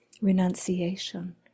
renunciation